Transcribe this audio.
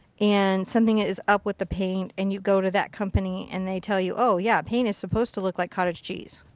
and something is up with the paint and you go to that company and they tell you oh yeah. paint is supposed to like cottage cheese.